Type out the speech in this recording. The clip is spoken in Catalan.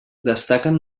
destaquen